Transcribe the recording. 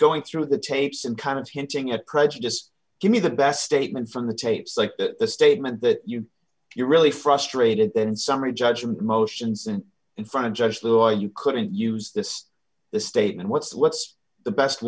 going through the tapes and kind of hinting at prejudice give me the best statement from the tapes like that the statement that you you're really frustrated in summary judgment motions and in front of judge though you couldn't use this the statement what's what's the best